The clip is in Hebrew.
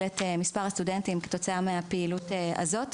את מספר הסטודנטים כתוצאה מהפעילות הזאת,